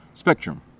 spectrum